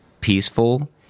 peaceful